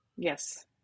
Yes